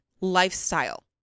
lifestyle